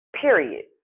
period